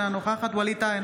אינה נוכחת ווליד טאהא,